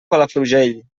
palafrugell